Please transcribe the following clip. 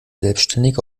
selbstständig